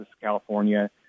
California